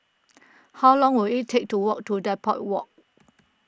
how long will it take to walk to Depot Walk